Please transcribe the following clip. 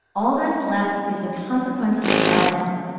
all that's left is the consequences of violence.